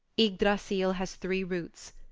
ygdrassil has three roots.